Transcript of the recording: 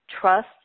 Trust